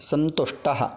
सन्तुष्टः